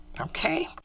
Okay